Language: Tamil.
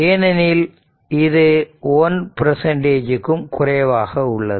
ஏனெனில் இது 1 க்கும் குறைவாக உள்ளது